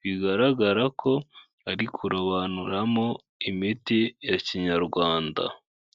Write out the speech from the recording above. bigaragara ko ari kurobanuramo imiti ya kinyarwanda.